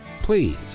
Please